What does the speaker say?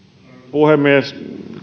puhemies